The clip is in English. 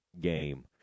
game